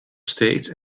steeds